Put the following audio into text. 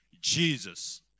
Jesus